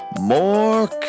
More